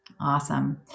Awesome